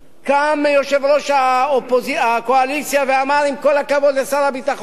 קם יושב-ראש הקואליציה ואמר: עם כל הכבוד לשר הביטחון,